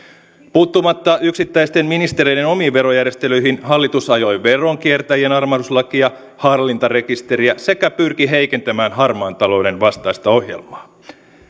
puuttumatta yksittäisten ministereiden omiin verojärjestelyihin hallitus ajoi veronkiertäjien armahduslakia hallintarekisteriä sekä pyrki heikentämään harmaan talouden vastaista ohjelmaa